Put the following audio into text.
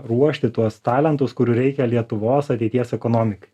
ruošti tuos talentus kurių reikia lietuvos ateities ekonomikai